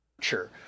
Sure